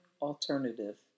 alternative